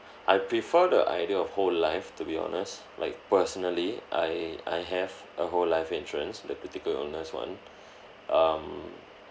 I prefer the idea of whole life to be honest like personally I I have a whole life insurance the critical illness one um